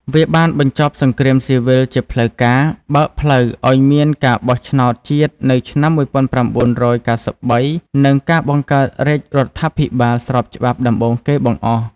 វាបានបញ្ចប់សង្គ្រាមស៊ីវិលជាផ្លូវការ បើកផ្លូវឱ្យមានការបោះឆ្នោតជាតិនៅឆ្នាំ ១៩៩៣ និងការបង្កើតរាជរដ្ឋាភិបាលស្របច្បាប់ដំបូងគេបង្អស់។